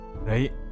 right